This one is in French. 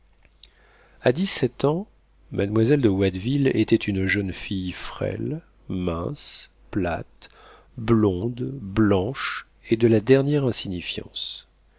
a dix-sept ans mademoiselle de watteville était une jeune fille frêle mince plate blonde blanche et de la dernière insignifiance